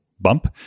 bump